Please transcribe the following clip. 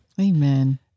Amen